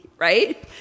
right